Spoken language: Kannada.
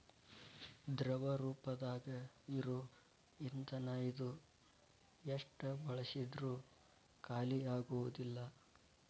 ದ್ರವ ರೂಪದಾಗ ಇರು ಇಂದನ ಇದು ಎಷ್ಟ ಬಳಸಿದ್ರು ಖಾಲಿಆಗುದಿಲ್ಲಾ